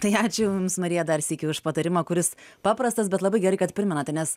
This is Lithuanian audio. tai ačiū jums marija dar sykį už patarimą kuris paprastas bet labai gerai kad primenate nes